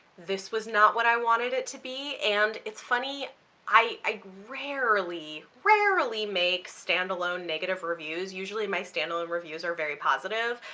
this was not what i wanted it to be. and it's funny i rarely, rarely make standalone negative reviews. usually my standalone reviews are very positive,